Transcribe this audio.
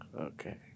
Okay